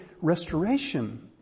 restoration